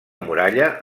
muralla